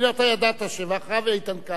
הנה, אתה ידעת, ואחריו, איתן כבל,